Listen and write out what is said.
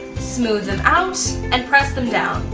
smooth them out, and press them down.